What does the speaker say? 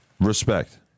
Respect